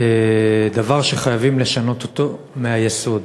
דבר שחייבים לשנות אותו מהיסוד.